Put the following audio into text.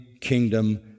Kingdom